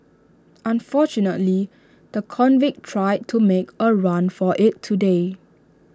unfortunately the convict tried to make A run for IT today